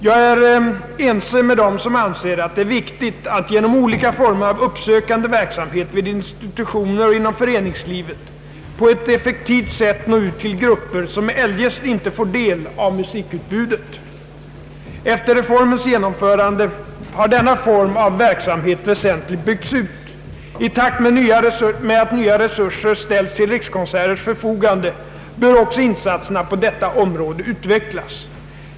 Jag är ense med dem som anser att det är viktigt att genom olika former av uppsökande verksamhet vid institutioner och inom föreningslivet på ett effektivt sätt nå ut till grupper som eljest inte får del av musikutbudet. Efter reformens genomförande har denna form av verksamhet väsentligt byggts ut. I takt med att nya resurser ställs till rikskonserters förfofogande bör också insatserna på detta område utvecklas.